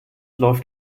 läuft